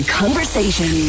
conversation